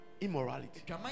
immorality